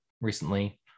recently